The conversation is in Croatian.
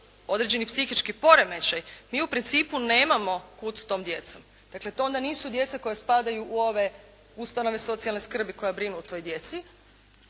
određeni psihički poremećaj. Mi u principu nemamo kud s tom djecom. Dakle, to onda nisu djeca koja spadaju u ove ustanove socijalne skrbi koja brinu o toj djeci.